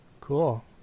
Cool